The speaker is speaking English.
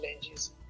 challenges